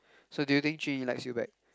so do you think Jun-Yi likes you back